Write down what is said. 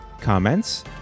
Comments